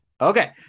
Okay